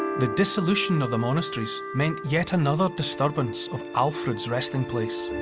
the dissolution of the monasteries meant yet another disturbance of alfred's resting place.